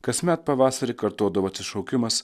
kasmet pavasarį kartodavo atsišaukimas